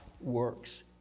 works